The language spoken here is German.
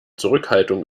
zurückhaltung